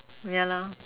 ya lah